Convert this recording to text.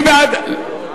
מי בעד ההסתייגות?